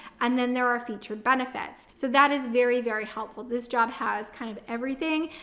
and then there are featured benefits. so that is very, very helpful. this job has kind of everything,